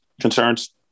Concerns